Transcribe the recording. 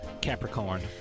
Capricorn